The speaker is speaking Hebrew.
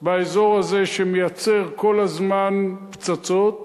באזור הזה, שמייצר כל הזמן פצצות,